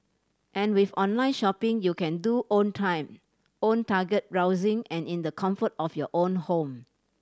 and with online shopping you can do own time own target browsing and in the comfort of your own home